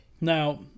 Now